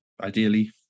ideally